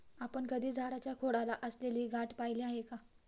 आपण कधी झाडाच्या खोडाला असलेली गाठ पहिली आहे का?